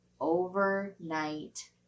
overnight